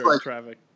traffic